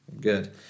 Good